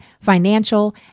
financial